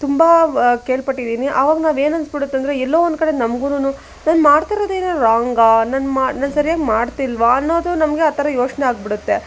ತುಂಬ ಕೇಳ ಪಟ್ಟಿದ್ದೀನಿ ಆವಾಗ ನಾವು ಏನು ಅನ್ಸ್ಬಿಡುತ್ತಂದ್ರೆ ಎಲ್ಲೋ ಒಂದು ಕಡೆ ನಮ್ಗುನೂ ನಾನು ಮಾಡ್ತಾ ಇರೊದೇನಾರ ರಾಂಗಾ ನಾನು ಮ್ ನಾನು ಸರಿಯಾಗಿ ಮಾಡ್ತಿಲ್ವ ಅನ್ನೋದು ನಮಗೆ ಆ ಥರ ಯೋಚನೆ ಆಗ್ಬಿಡತ್ತೆ